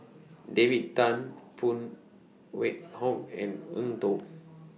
David Tham Phan Wait Hong and Eng Tow